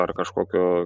ar kažkokio